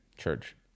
Church